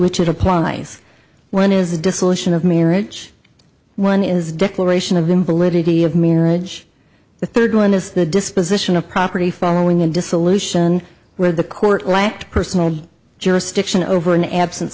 which it applies one is the dissolution of marriage one is declaration of invalidity of marriage the third one is the disposition of property following a dissolution where the court lacked personal jurisdiction over an absen